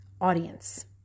audience